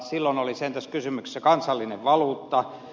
silloin oli sentään kysymyksessä kansallinen valuutta